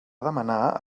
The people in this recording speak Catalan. demanar